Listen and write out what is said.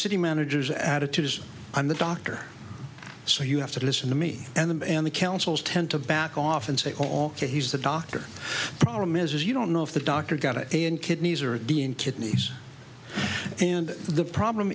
city managers attitudes and the doctor so you have to listen to me and them and the councils tend to back off and say all he's the doctor problem is you don't know if the doctor got it and kidneys are being kidneys and the problem